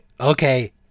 okay